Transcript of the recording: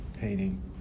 painting